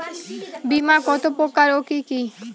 বীমা কত প্রকার ও কি কি?